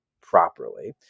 properly